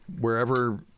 Wherever